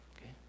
Okay